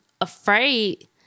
afraid